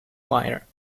wire